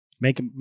Make